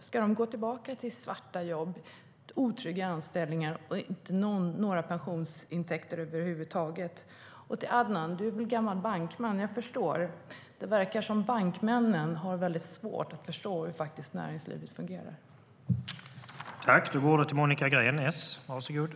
Ska de gå tillbaka till svarta jobb, otrygga anställningar utan pensionsintäkter över huvud taget?